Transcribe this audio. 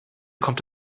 kommt